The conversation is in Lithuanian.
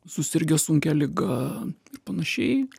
susirgę sunkia liga ir panašiai